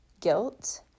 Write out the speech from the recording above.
guilt